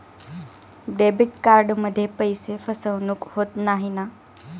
Debit कार्डमध्ये पैसे फसवणूक होत नाही ना?